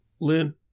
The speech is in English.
Lynn